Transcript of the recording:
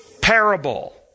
parable